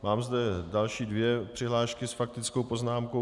Mám zde další dvě přihlášky s faktickou poznámkou.